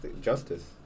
Justice